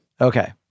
Okay